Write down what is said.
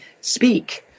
speak